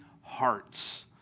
hearts